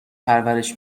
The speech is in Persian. پرورش